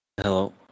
Hello